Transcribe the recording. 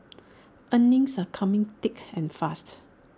earnings some coming thick and fast